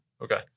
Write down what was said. Okay